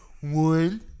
one